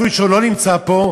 אפילו שהוא לא נמצא פה,